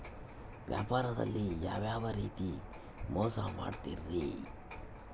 ವ್ಯಾಪಾರದಲ್ಲಿ ಯಾವ್ಯಾವ ರೇತಿ ಮೋಸ ಮಾಡ್ತಾರ್ರಿ?